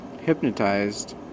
hypnotized